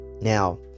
Now